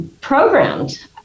programmed